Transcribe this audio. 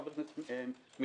חבר הכנסת מיכאלי,